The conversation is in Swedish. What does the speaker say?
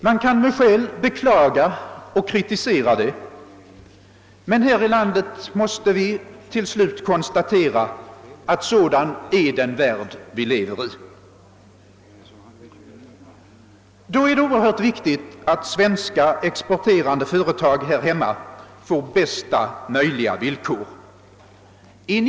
Man kan med skäl beklaga och kritisera detta, men här i landet måste vi till slut konstatera att sådan är den värld vi lever i. Då är det oerhört viktigt att svenska exporterande företag får bästa möjliga villkor här hemma.